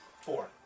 Four